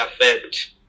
affect